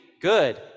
Good